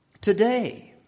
today